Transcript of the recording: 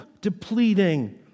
depleting